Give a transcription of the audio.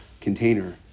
container